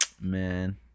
Man